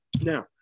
Now